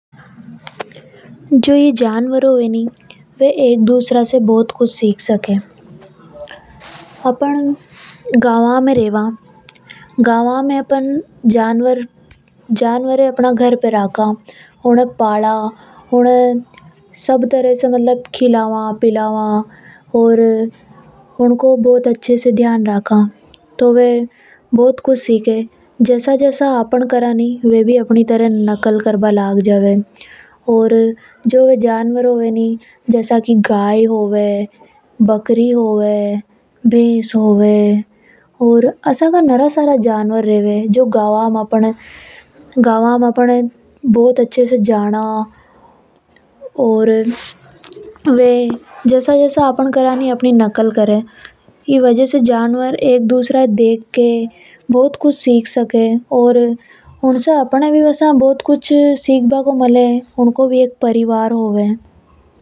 जो ये जानवर होवे नि ये एक दूसरा से बहुत कुछ सीख सके। अपन गावा में रेवा वहां अपन जानवर पाला, उन्हें अपन सब तरह से खिलवा पिलवा और उनको बहुत अच्छे से ध्यान रखा तो वे बहुत कुछ सीके। जसआ जसआ अपन करा नि वे भी अपनी नकल करभआ लाग जावे। जसा की गाय, बकरी, भेस होवे उन्हें अपन पाला ये सब जानवर अपनी नकल करवा लाग जावे। इनको भी एक परिवार होवे जिसे ये सब सीख जावे।